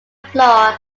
flaw